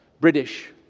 British